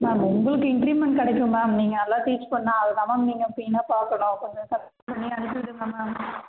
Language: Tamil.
மேம் உங்களுக்கு இன்க்ரீமெண்ட் கிடைக்கும் மேம் நீங்கள் நல்லா டீச் பண்ணால் அத தான் மேம் நீங்கள் மெயினாக பார்க்கணும் கொஞ்சம் கன்சிடர் பண்ணி அனுப்பி விடுங்கள் மேம்